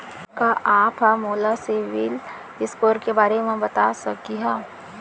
का आप हा मोला सिविल स्कोर के बारे मा बता सकिहा?